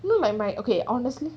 you know like my okay honestly